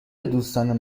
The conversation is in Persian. دوستان